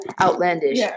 outlandish